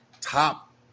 top